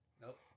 Nope